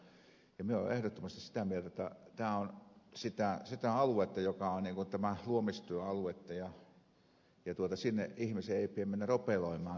minä olen ehdottomasti sitä mieltä että tämä on sitä aluetta joka on luomistyöaluetta ja sinne ei ihmisten pidä mennä ropeloimaan